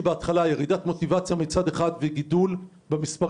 ירידת המוטיבציה שתיארתי בתחילת דבריי ומצד שני גידול בסד"כ